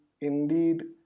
indeed